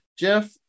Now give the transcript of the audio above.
Jeff